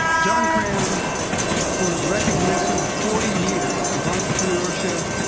john cram for his recognition of forty years of entrepreneurship,